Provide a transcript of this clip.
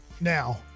now